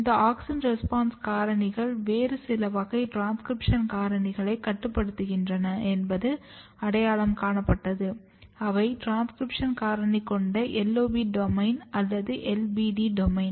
இந்த auxin response காரணிகள் வேறு சில வகை டிரான்ஸ்கிரிப்ஷன் காரணிகளைக் கட்டுப்படுத்துகின்றன என்பதும் அடையாளம் காணப்பட்டது அவை டிரான்ஸ்கிரிப்ஷன் காரணி கொண்ட LOB டொமைன் அல்லது LBD டொமைன்